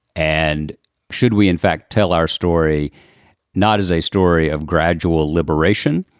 and should we, in fact, tell our story not as a story of gradual liberation,